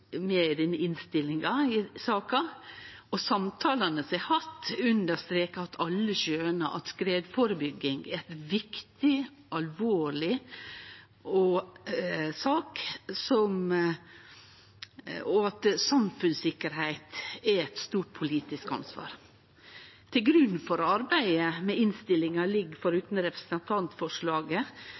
denne innstillinga i saka. Samtalane vi har hatt, understreker at alle skjøner at skredførebygging er ei viktig og alvorleg sak, og at samfunnssikkerheit er eit stort politisk ansvar. Til grunn for arbeidet med innstillinga ligg, forutan representantforslaget, Meld. St. 33 for